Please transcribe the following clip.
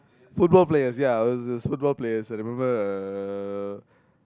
football players ya it was football players I remember uh